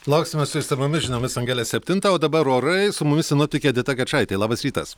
lauksime su išsamiomis žiniomis angele septintą o dabar orai su mumis sinoptikė edita gečaitė labas rytas